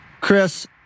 Chris